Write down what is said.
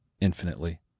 infinitely